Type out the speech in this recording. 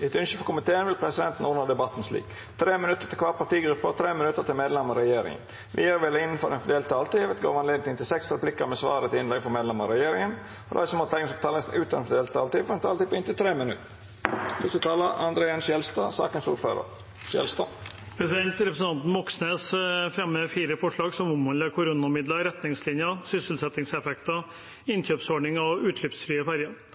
næringskomiteen vil presidenten ordna debatten slik: 3 minutt til kvar partigruppe og 3 minutt til medlemer av regjeringa. Vidare vil det – innanfor den fordelte taletida – verta gjeve anledning til seks replikkar med svar etter innlegg frå medlemer av regjeringa, og dei som måtte teikna seg på talarlista utover den fordelte taletida, får òg ei taletid på inntil 3 minutt. Representanten Moxnes fremmer fire forslag, som omhandler koronamidler, retningslinjer, sysselsettingseffekter, innkjøpsordninger og utslippsfrie ferjer. De følges opp av likelydende forslag fra representanter fra Arbeiderpartiet, Senterpartiet og